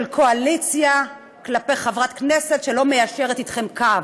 של קואליציה כלפי חברת כנסת שלא מיישרת אתכם קו.